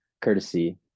Courtesy